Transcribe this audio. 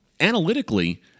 analytically